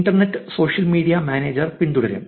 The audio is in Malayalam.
ഇന്റർനെറ്റ് സോഷ്യൽ മീഡിയ മാനേജർ പിന്തുടരും